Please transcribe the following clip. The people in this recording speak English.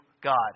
God